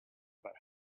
but